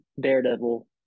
Daredevil